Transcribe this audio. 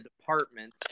department